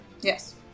Yes